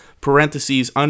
parentheses